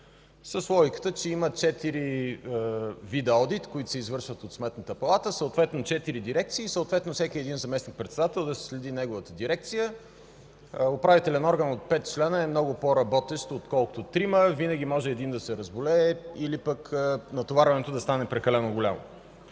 с логиката, че има четири вида одит, които се извършват от Сметната палата, съответно четири дирекции и съответно всеки един заместник-председател да си следи неговата дирекция. Управителен орган от пет члена е много по-работещ, отколкото трима. Винаги може един да се разболее или пък натоварването да стане прекалено голямо.